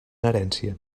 herència